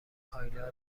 کایلا